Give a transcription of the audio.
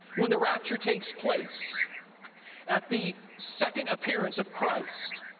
when the rapture takes place at the second appearance of christ,